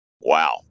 Wow